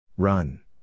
Run